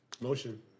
Motion